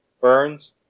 Burns